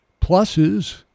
pluses